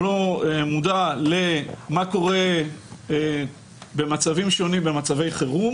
הוא לא מודע למה קורה במצבים שונים במצבי חירום